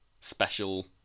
special